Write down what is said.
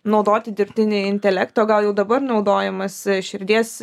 naudoti dirbtinio intelekto gal jau dabar naudojamas širdies